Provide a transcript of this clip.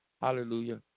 hallelujah